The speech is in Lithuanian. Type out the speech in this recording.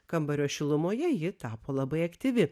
kambario šilumoje ji tapo labai aktyvi